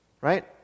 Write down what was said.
right